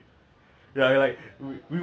ah